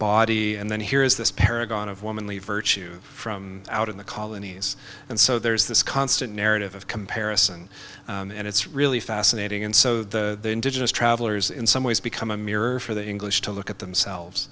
body and then here is this paragon of womanly virtue from out in the colonies and so there's this constant narrative of comparison and it's really fascinating and so the indigenous travellers in some ways become a mirror for english to look at themselves